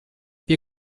wir